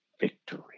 victory